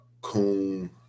coon